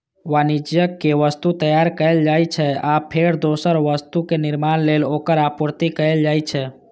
वाणिज्यिक वस्तु तैयार कैल जाइ छै, आ फेर दोसर वस्तुक निर्माण लेल ओकर आपूर्ति कैल जाइ छै